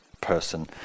person